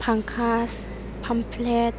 फांखास pamphlet